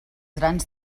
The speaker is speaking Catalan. grans